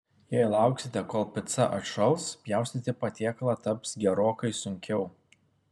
jei lauksite kol pica atšals pjaustyti patiekalą taps gerokai sunkiau